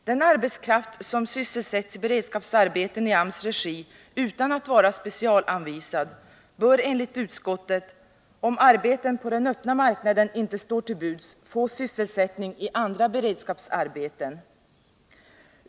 Den arbetskraft som sysselsätts i beredskapsarbeten i AMS regi utan att vara specialanvisad bör enligt utskottet, om arbeten på den öppna marknaden inte står till buds, få sysselsättning i andra beredskapsarbeten.